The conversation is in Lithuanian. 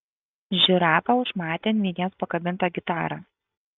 žirafa užmatė ant vinies pakabintą gitarą